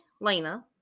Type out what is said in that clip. Lena